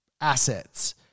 assets